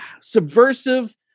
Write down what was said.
subversive